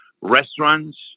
restaurants